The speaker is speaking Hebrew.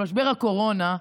משבר הקורונה,